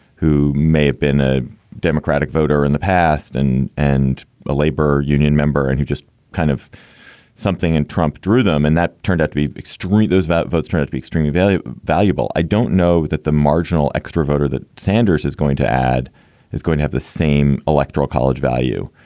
who may have been a democratic voter in the past and and a labor union member and who just kind of something and trump drew them and that turned out to be extreme. those about votes tend to be extremely, very valuable. i don't know that the marginal extra voter that sanders is going to add is going to have the same electoral college value.